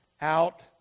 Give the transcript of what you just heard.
out